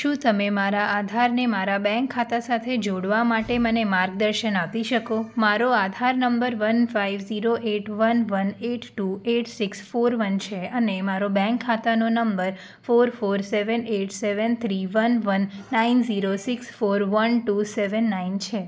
શું તમે મારા આધારને મારા બેંક ખાતા સાથે જોડવા માટે મને માર્ગદર્શન આપી શકો મારો Aadhaar number one five zero eight one one eight two eight six four one છે અને મારો બેંક ખાતાનો number four four seven eight seven three one one nine zero six four one two seven nine છે